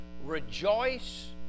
rejoice